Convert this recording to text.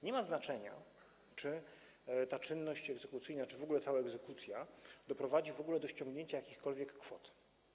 Nie ma znaczenia, czy ta czynność egzekucyjna, w ogóle cała egzekucja doprowadzi do ściągnięcia jakichkolwiek kwot.